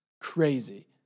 Crazy